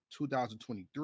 2023